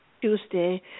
Tuesday